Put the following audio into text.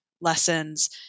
lessons